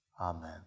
amen